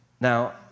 Now